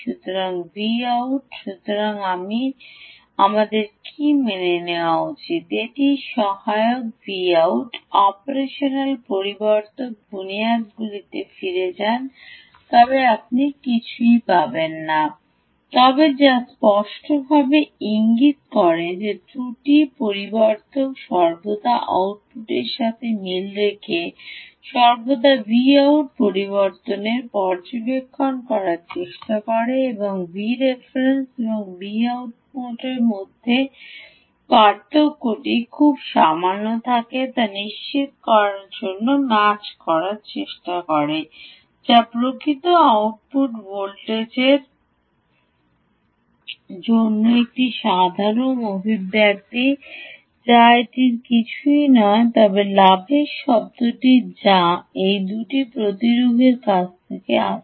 সুতরাং Vout সুতরাং আমি মনে করি আমাদের এটি নেওয়া উচিত এবং এটি হল সহায়ক Vout অপারেশনাল পরিবর্ধক বুনিয়াদিগুলিতে ফিরে যান তবে আপনি কিছুই পাবেন না তবে যা স্পষ্টভাবে ইঙ্গিত করে যে ত্রুটি পরিবর্ধক সর্বদা আউটপুটটির সাথে মিল রেখে সর্বদা Vout পর্যবেক্ষণের চেষ্টা করে এবং Vref এবং Vout মধ্যে পার্থক্যটি খুব খুব সামান্য থাকে তা নিশ্চিত করার জন্য ম্যাচ করার চেষ্টা করে যা প্রকৃত আউটপুট ভোল্টেজের জন্য একটি সাধারণ অভিব্যক্তি যা এটি কিছুই নয় তবে লাভের শব্দটি যা এই দুটি প্রতিরোধকের কাছ থেকে আসছে